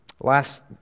Last